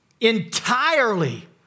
entirely